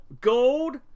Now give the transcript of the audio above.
gold